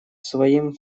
своим